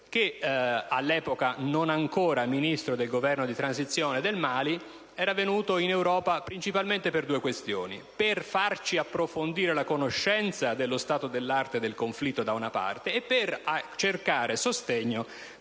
che, all'epoca non ancora Ministro del Governo di transizione del Mali, era venuto in Europa principalmente per due questioni: innanzi tutto, per farci approfondire la conoscenza dello stato dell'arte del conflitto e, poi, per cercare sostegno